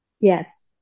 Yes